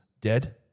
dead